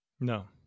No